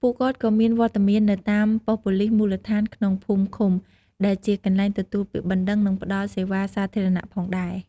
ពួកគាត់ក៏មានវត្តមាននៅតាមប៉ុស្តិ៍ប៉ូលិសមូលដ្ឋានក្នុងភូមិឃុំ ដែលជាកន្លែងទទួលពាក្យបណ្ដឹង និងផ្តល់សេវាសាធារណៈផងដែរ។